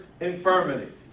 infirmity